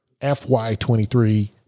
FY23